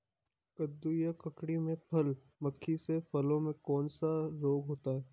कद्दू या ककड़ी में फल मक्खी से फलों में कौन सा रोग होता है?